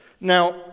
Now